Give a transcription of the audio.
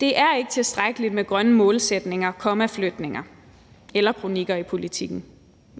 Det er ikke tilstrækkeligt med grønne målsætninger, kommaflytninger eller kronikker i Politiken.